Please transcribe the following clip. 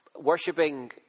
worshipping